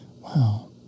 Wow